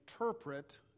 interpret